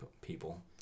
people